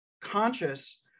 conscious